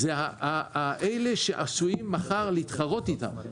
אלה שעשויות מחר להתחרות בהן.